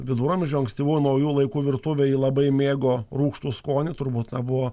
viduramžių ankstyvų naujų laikų virtuvėj labai mėgo rūgštų skonį turbūt abu